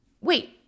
wait